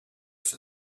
for